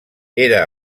era